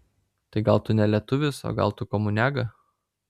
tai gal tu ne lietuvis o gal tu komuniaga